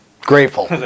grateful